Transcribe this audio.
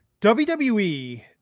WWE